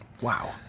Wow